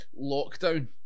lockdown